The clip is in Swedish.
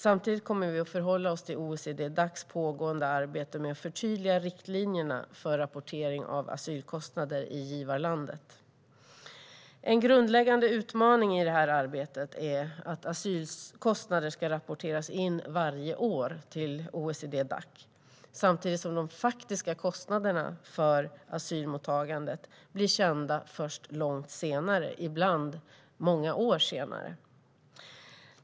Samtidigt kommer vi att förhålla oss till OECD-Dacs pågående arbete med att förtydliga riktlinjerna för rapportering av asylkostnader i givarlandet. En grundläggande utmaning i detta arbete är att asylkostnaderna ska rapporteras in varje år till OECD-Dac, samtidigt som de faktiska kostnaderna för asylmottagandet blir kända först långt senare, ibland många år senare.